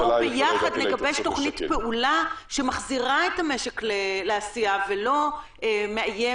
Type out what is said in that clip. בואו ביחד נגבש תוכנית פעולה שמחזירה את המשק לעשייה ולא מאיימת,